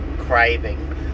craving